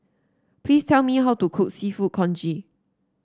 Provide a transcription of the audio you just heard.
please tell me how to cook seafood congee